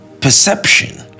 perception